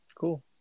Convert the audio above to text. cool